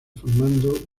formando